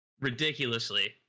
ridiculously